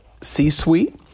C-suite